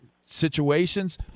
situations